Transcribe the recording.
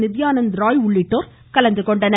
நித்யானந்த் ராய் உள்ளிட்டோர் கலந்துகொண்டனர்